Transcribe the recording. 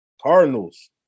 Cardinals